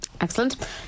excellent